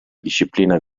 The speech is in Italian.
disciplina